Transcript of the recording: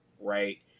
right